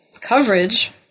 coverage